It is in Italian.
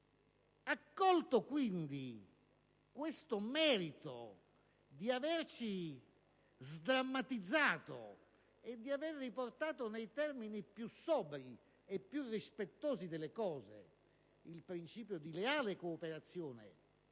Accolto quindi questo merito di avere riportato nei termini più sobri e più rispettosi delle cose il principio di leale cooperazione